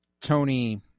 Tony